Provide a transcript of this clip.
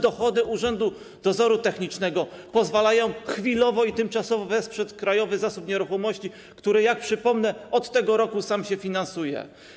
Dochody Urzędu Dozoru Technicznego pozwalają chwilowo i tymczasowo wesprzeć Krajowy Zasób Nieruchomości, który, jak przypomnę, od tego roku sam się finansuje.